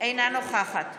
אינה נוכחת